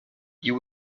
you